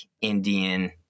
Indian